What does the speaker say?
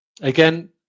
again